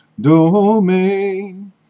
domain